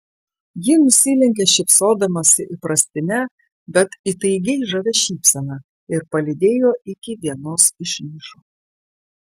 ji nusilenkė šypsodamasi įprastine bet įtaigiai žavia šypsena ir palydėjo iki vienos iš nišų